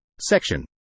Section